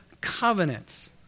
covenants